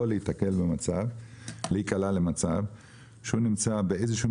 יכול להיקלע למצב שהוא נמצא באיזשהו